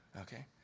Okay